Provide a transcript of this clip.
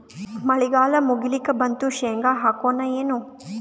ಮಳಿಗಾಲ ಮುಗಿಲಿಕ್ ಬಂತು, ಶೇಂಗಾ ಹಾಕೋಣ ಏನು?